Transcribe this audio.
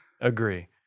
Agree